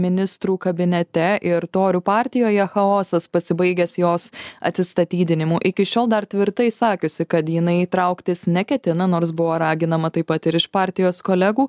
ministrų kabinete ir torių partijoje chaosas pasibaigęs jos atsistatydinimu iki šiol dar tvirtai sakiusi kad jinai trauktis neketina nors buvo raginama taip pat ir iš partijos kolegų